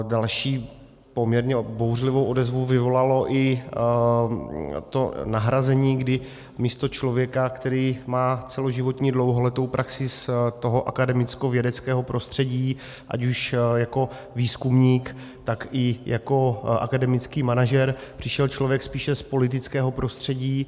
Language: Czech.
Další poměrně bouřlivou odezvu vyvolalo i to nahrazení, kdy místo člověka, který má celoživotní dlouholetou praxi z toho akademickovědeckého prostředí, ať už jako výzkumník, tak i jako akademický manažer, přišel člověk spíše z politického prostředí.